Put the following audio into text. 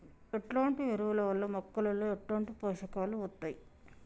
ఎట్లాంటి ఎరువుల వల్ల మొక్కలలో ఎట్లాంటి పోషకాలు వత్తయ్?